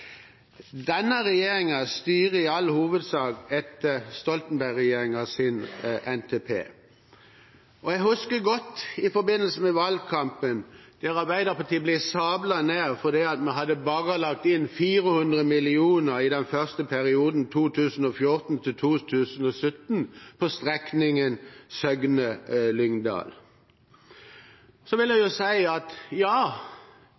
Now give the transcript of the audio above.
NTP. Jeg husker godt at Arbeiderpartiet i forbindelse med valgkampen ble sablet ned fordi vi bare hadde lagt inn 400 mill. kr i den første perioden 2014–2017 på strekningen Søgne–Lyngdal. Jeg vil si til Åse Michaelsen at ja,